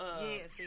Yes